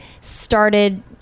started